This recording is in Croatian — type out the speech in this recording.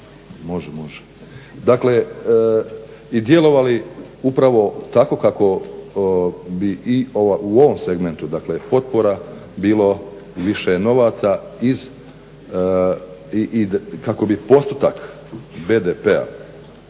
Može, može. Dakle, i djelovali upravo tako kako bi i u ovom segmentu dakle potpora bilo više novaca i kako bi postotak BDP-a,